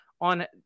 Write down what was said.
on